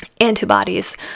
antibodies